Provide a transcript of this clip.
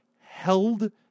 held